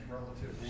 relative